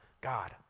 God